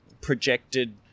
projected